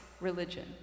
religion